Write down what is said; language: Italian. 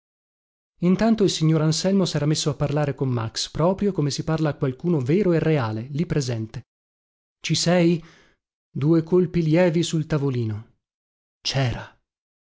intanto il signor anselmo sera messo a parlare con max proprio come si parla a qualcuno vero e reale lì presente ci sei due colpi lievi sul tavolino cera